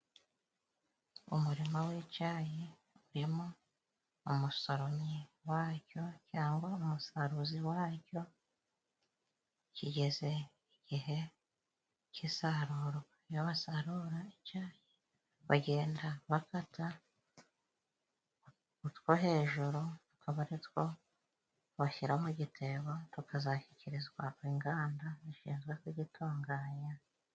Umurima w'icyayi urimo umusoromyi wacyo cyangwa umusaruzi wacyo kigeze igihe cy'isarurwa, iyo basarura icyayi bagenda bafata utwo hejuru tukaba ari two bashyira mu gitebo, tukazashyikirizwa inganda zishinzwe ku gitunganya.